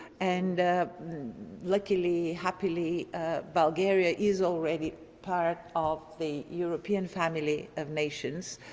and luckily, happily bulgaria is already part of the european family of nations,